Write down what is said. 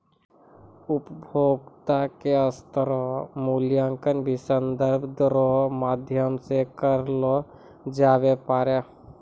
उपभोक्ता के स्तर रो मूल्यांकन भी संदर्भ दरो रो माध्यम से करलो जाबै पारै